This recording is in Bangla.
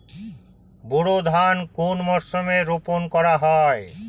বোরো ধান কোন মরশুমে রোপণ করা হয়?